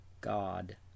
God